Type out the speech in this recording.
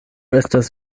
estas